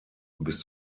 bis